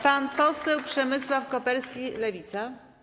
Pan poseł Przemysław Koperski, Lewica.